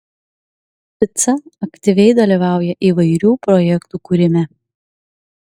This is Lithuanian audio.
pica aktyviai dalyvauja įvairių projektų kūrime